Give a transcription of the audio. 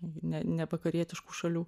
ne nevakarietiškų šalių